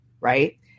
Right